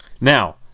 Now